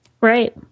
Right